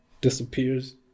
disappears